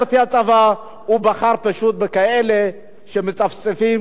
הוא בחר פשוט בכאלה שמצפצפים על החברה הישראלית.